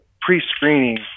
pre-screening